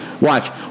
watch